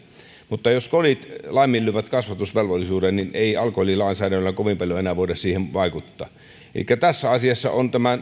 mutta jos kodit laiminlyövät kasvatusvelvollisuuden niin ei alkoholilainsäädännöllä kovin paljoa enää voida siihen vaikuttaa elikkä tässä asiassa